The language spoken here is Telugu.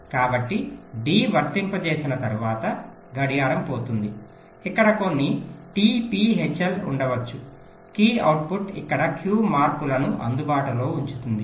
కాబట్టి D వర్తింపజేసిన తరువాత గడియారం పోతుంది ఇక్కడ కొన్ని t p hl ఉండవచ్చు కీ అవుట్పుట్ ఇక్కడ Q మార్పులను అందుబాటులో ఉంచుతుంది